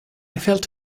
felt